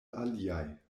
aliaj